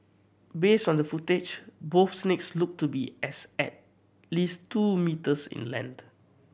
based on the footage both snakes looked to be as at least two metres in length